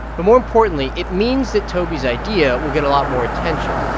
but more importantly, it means that toby's idea will get a lot more attention.